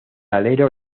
alero